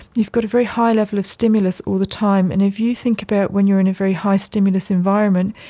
you've got a very high level of stimulus all the time. and if you think about when you are in a very high stimulus environment,